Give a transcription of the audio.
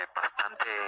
bastante